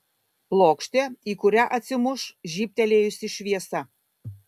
plokštė į kurią atsimuš žybtelėjusi šviesa